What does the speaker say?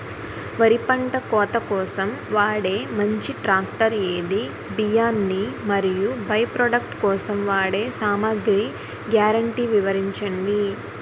వరి పంట కోత కోసం వాడే మంచి ట్రాక్టర్ ఏది? బియ్యాన్ని మరియు బై ప్రొడక్ట్ కోసం వాడే సామాగ్రి గ్యారంటీ వివరించండి?